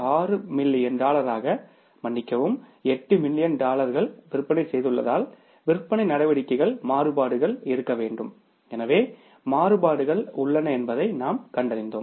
6 million டாலர்களாக மன்னிக்கவும் 8 million டாலர்கள் விற்பனை செய்துள்ளதால் விற்பனை நடவடிக்கைகள் மாறுபாடுகள் இருக்க வேண்டும் எனவே மாறுபாடுகள் உள்ளன என்பதை நாம் கண்டறிந்தோம்